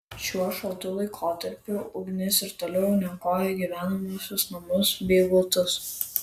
šiuo šaltu laikotarpiu ugnis ir toliau niokoja gyvenamuosius namus bei butus